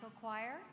choir